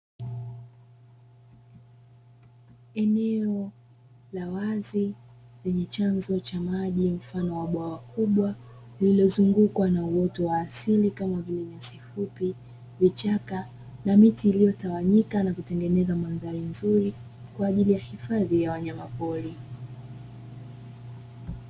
Eneo la wazi lenye chanzo cha maji mfano wa bwawa kubwa lililo zungukwa na uoto wa asili kama vile nyasi fupi, vichaka na miti iliyo tawanyika na kutengeneza mandhari nzuri kwaajili ya hifadhi ya wanyama pori.